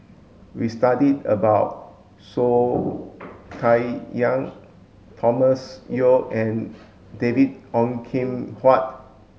we studied about Soh Kay Yang Thomas Yeo and David Ong Kim Huat